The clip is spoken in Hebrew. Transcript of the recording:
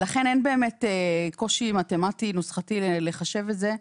לכן אין באמת קושי מתמטי נוסחתי לחשב את זה.